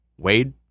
Wade